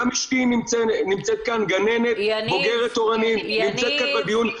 גם אשתי נמצאת כאן, גננת בוגרת נמצאת כאן בדיון.